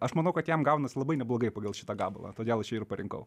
aš manau kad jam gaunasi labai neblogai pagal šitą gabalą todėl aš jį ir parinkau